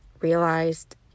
realized